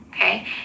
Okay